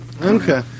Okay